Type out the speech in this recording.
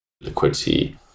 liquidity